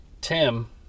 Tim